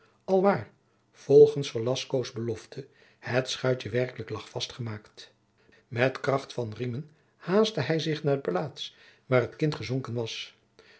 alwaar volgens velascoos belofte het schuitje werkelijk lag vast gemaakt met kracht van riemen haastte hij zich naar de plaats waar het kind gezonken was